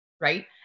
Right